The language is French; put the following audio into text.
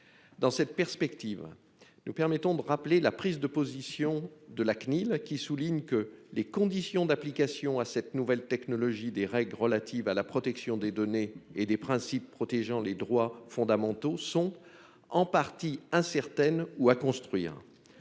Dans cette perspective, nous nous permettons de rappeler la prise de position de la Cnil, selon laquelle les « conditions d'application à cette nouvelle technologie des règles relatives à la protection des données et des principes protégeant les droits fondamentaux sont, en partie, incertaines ou à construire